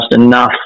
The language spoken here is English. enough